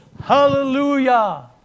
hallelujah